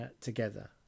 together